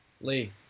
Lee